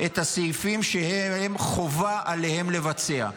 את הסעיפים שחובה עליהם לבצע.